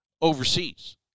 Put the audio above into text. overseas